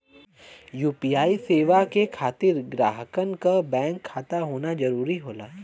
UPI सेवा के खातिर ग्राहकन क बैंक खाता होना जरुरी होला